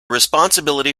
responsibility